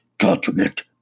Judgment